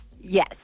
Yes